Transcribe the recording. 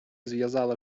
зв’язала